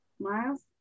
Miles